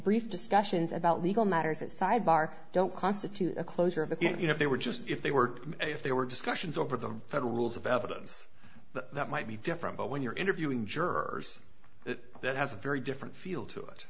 brief discussions about legal matters that sidebar don't constitute a closure of a game you know if they were just if they were if there were discussions over the federal rules of evidence that might be different but when you're interviewing jurors that has a very different feel to it